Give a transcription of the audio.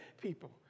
people